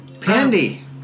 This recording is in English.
Pandy